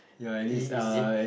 is is it